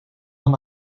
van